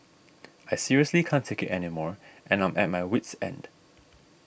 I seriously can't take it anymore and I'm at my wit's end